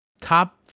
top